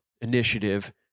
initiative